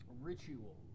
Ritual